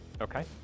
Okay